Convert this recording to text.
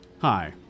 Hi